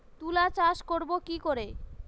তুলা চাষ করব কি করে?